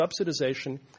subsidization